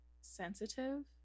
sensitive